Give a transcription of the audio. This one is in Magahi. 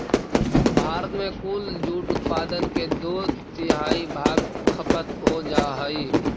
भारत में कुल जूट उत्पादन के दो तिहाई भाग खपत हो जा हइ